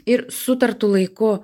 ir sutartu laiku